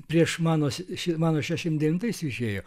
prieš mano šit mano šešiasdešimt devintais išėjo